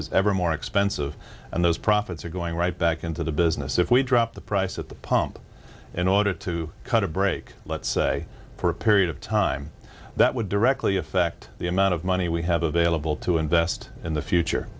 ever more expensive and those profits are going right back into the business if we drop the price at the pump in order to cut a break let's say for a period of time that would directly affect the amount of money we have available to invest in the future